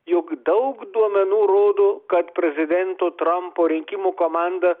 jog daug duomenų rodo kad prezidento trampo rinkimų komanda